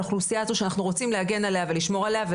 האוכלוסייה הזאת שאנחנו רוצים להגן עליה ולשמור עליה,